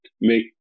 make